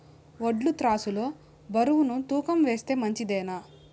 వడ్లు త్రాసు లో బరువును తూకం వేస్తే మంచిదేనా?